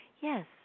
Yes